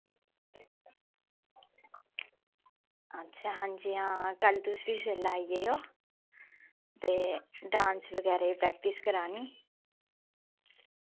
अच्छा हांजी हां कल तुस वी सबेल्ला आई जायो ते डांस बगैरा दी प्रैक्टिस करानी